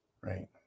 right